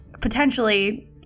potentially